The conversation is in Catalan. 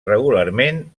regularment